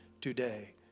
today